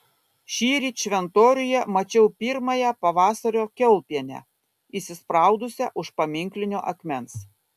šįryt šventoriuje mačiau pirmąją pavasario kiaulpienę įsispraudusią už paminklinio akmens